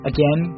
Again